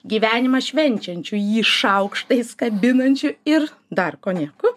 gyvenimą švenčiančiu jį šaukštais kabinančiu ir dar konjaku